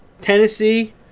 Tennessee